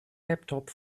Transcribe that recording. laptop